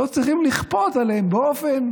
לא צריכים לכפות עליהם באופן